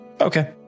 Okay